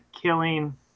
killing